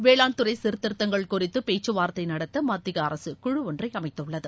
வேளாண்துறை சீர்திருத்தங்கள் குறித்து பேச்சுவார்த்தை நடத்த மத்திய அரசு குழு ஒன்றை அமைத்துள்ளது